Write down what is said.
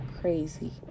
Crazy